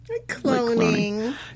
cloning